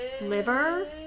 liver